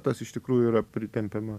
tas iš tikrųjų yra pritempiama